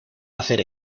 hacer